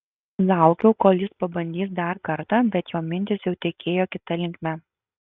laukiau kol jis pabandys dar kartą bet jo mintys jau tekėjo kita linkme